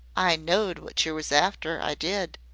i knowed wot yer was after, i did.